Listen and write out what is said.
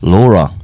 Laura